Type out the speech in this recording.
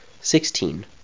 Sixteen